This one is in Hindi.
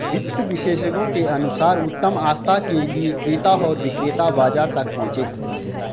वित्त विशेषज्ञों के अनुसार उत्तम आस्था के लिए क्रेता और विक्रेता बाजार तक पहुंचे